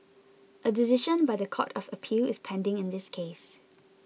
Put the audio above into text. a decision by the Court of Appeal is pending in this case